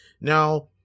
now